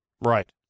Right